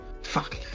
Fuck